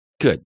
Good